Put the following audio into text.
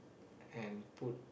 and put